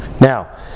Now